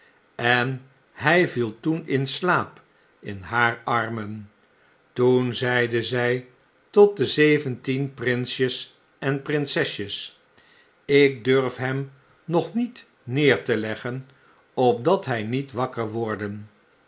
en hj vieltoen in slaap in haar armen toen zeide zg tot de zeventien prinsjes en prinsesjes ik durfhem nog niet neer te leggen opdat hj nietwakker worden